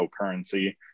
cryptocurrency